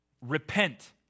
Repent